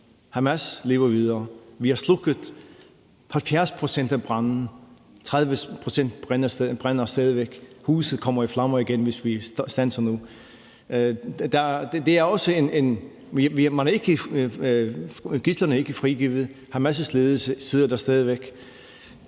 Hamas lever videre, har vi slukket 70 pct. af branden, 30 pct. brænder stadig væk, og huset bryder ud i flammer igen, hvis vi standser nu. Gidslerne er ikke frigivet, Hamas' ledelse sidder der stadig væk.